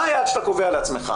מה היעד שאתה קובע לעצמך?